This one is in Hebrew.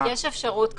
יש אפשרות כזאת.